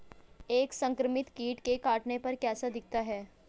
एक संक्रमित कीट के काटने पर कैसा दिखता है?